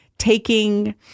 taking